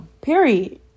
period